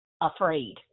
afraid